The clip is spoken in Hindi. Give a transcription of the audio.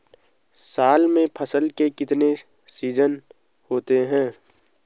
साल में फसल के कितने सीजन होते हैं?